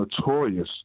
notorious